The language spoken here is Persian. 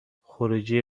خروجی